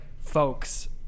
folks